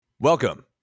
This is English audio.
welcome